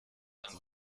ein